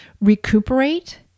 recuperate